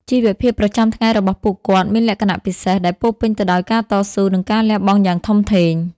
ជីវភាពប្រចាំថ្ងៃរបស់ពួកគាត់មានលក្ខណៈពិសេស ដែលពោរពេញទៅដោយការតស៊ូ និងការលះបង់យ៉ាងធំធេង។